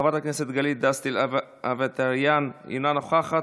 חברת הכנסת גלית דיסטל אטבריאן, אינה נוכחת,